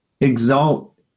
exalt